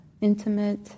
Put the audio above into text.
intimate